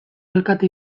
alkate